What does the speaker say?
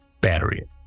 Battery